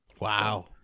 Wow